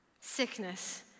sickness